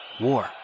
war